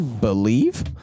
believe